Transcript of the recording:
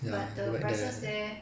but the prices there